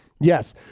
Yes